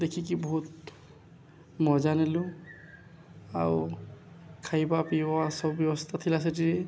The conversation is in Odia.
ଦେଖିକି ବହୁତ ମଜା ନେଲୁ ଆଉ ଖାଇବା ପିଇବା ସବୁ ବ୍ୟବସ୍ଥା ଥିଲା ସେଠି